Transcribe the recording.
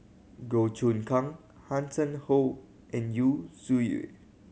Goh Choon Kang Hanson Ho and Yu Zhuye